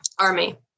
army